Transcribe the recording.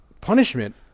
punishment